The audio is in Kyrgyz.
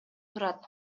турат